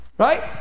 Right